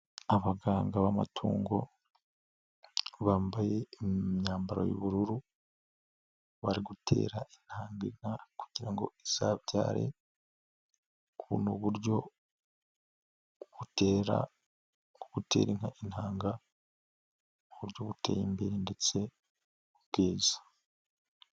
Abaganga b'amatungo bambaye imyambaro y'ubururu, bari gutera intanga inka kugira ngo izabyare, ubu ni buryo butera, bwo gutera inka intanga, ni uburyo buteye imbere ndetse bwiza.